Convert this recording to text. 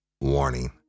Warning